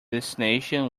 destination